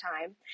time